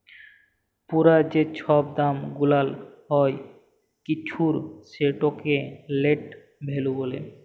পুরা যে ছব দাম গুলাল হ্যয় কিছুর সেটকে লেট ভ্যালু ব্যলে